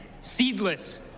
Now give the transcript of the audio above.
Seedless